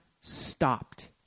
stopped